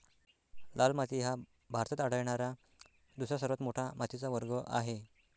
लाल माती हा भारतात आढळणारा दुसरा सर्वात मोठा मातीचा वर्ग आहे